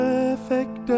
Perfect